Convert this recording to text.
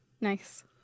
Nice